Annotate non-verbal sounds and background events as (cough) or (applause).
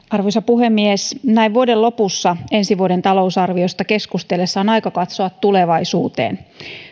(unintelligible) arvoisa puhemies näin vuoden lopussa ensi vuoden talousarviosta keskusteltaessa on aika katsoa tulevaisuuteen